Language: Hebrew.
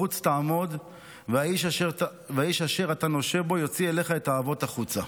בחוץ תעמד והאיש אשר אתה נשה בו יוציא אליך את העבוט החוצה".